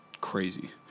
crazy